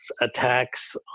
attacks